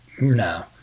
no